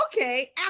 okay